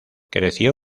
creció